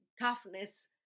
toughness